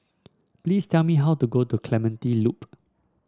please tell me how to go to Clementi Loop